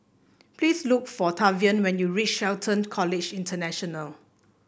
please look for Tavian when you reach Shelton College International